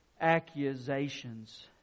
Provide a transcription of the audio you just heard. accusations